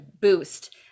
boost